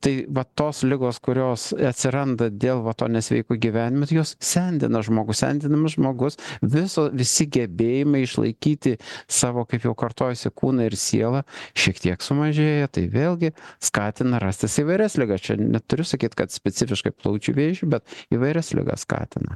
tai vat tos ligos kurios atsiranda dėl va to nesveiko gyvenimo jos sendina žmogų sendinamas žmogus viso visi gebėjimą išlaikyti savo kaip jau kartojuosi kūną ir sielą šiek tiek sumažėja tai vėlgi skatina rastis įvairias ligas čia neturiu sakyt kad specifiškai plaučių vėžį bet įvairias ligas skatina